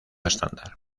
estándar